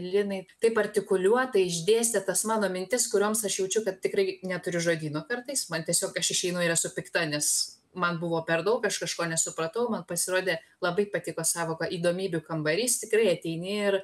linai taip artikuliuotai išdėstėt tas mano mintis kurioms aš jaučiu kad tikrai neturiu žodyno kartais man tiesiog aš išeinu ir esu pikta nes man buvo per daug aš kažko nesupratau man pasirodė labai patiko sąvoka įdomybių kambarys tikrai ateini ir